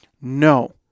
No